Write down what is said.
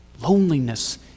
loneliness